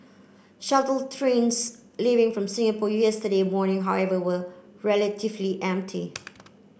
shuttle trains leaving from Singapore yesterday morning however were relatively empty